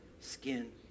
skin